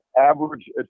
average